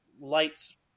lights